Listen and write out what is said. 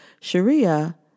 Sharia